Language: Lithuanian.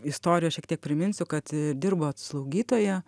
istorijos šiek tiek priminsiu kad dirbot slaugytoja